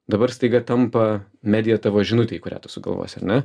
dabar staiga tampa medija tavo žinutėj kurią tu sugalvosi ar ne